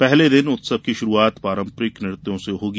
पहले दिन उत्सव की शुरूआत पारम्परिक नृत्यों से होगी